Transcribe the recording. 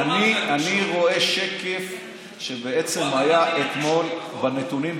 אני רואה שקף שבעצם היה אתמול בנתונים,